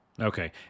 Okay